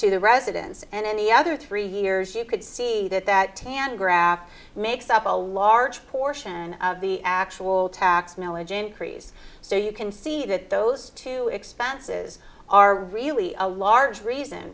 to the residence and any other three years you could see that that hand graph makes up a large portion of the actual tax millage increase so you can see that those two expenses are really a large reason